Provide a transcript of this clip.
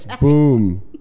Boom